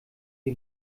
die